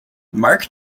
mark